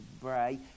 Bray